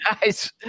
guys